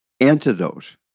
antidote